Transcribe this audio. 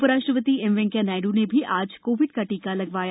उ राष्ट्र ति एम वेंकैया नायड्र ने भी आज कोविड का टीका लगवाया